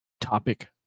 topic